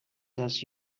does